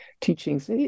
teachings